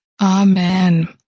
Amen